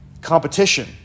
competition